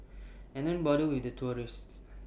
and don't bother with the tourists